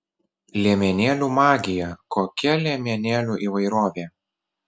liemenėlių magija kokia liemenėlių įvairovė